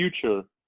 future